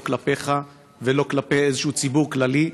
לא כלפיך ולא כלפי איזשהו ציבור כללי,